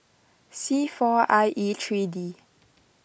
C four I E three D